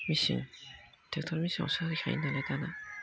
machine tractor मेसिनावसो होखायो नालाय दाना